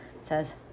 says